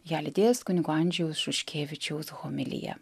ją lydėjęs kunigo andžėjaus šuškėvičiaus homilija